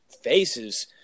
faces